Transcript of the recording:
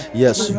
yes